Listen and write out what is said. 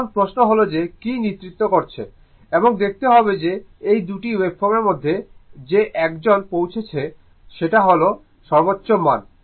এখন প্রশ্ন হল যে কী নেতৃত্ব হচ্ছে এবং দেখতে হবে যে এই 2টি ওয়েভফর্মের মধ্যে যে একজন পৌঁছাচ্ছে সেটা হল সর্বোচ্চ মান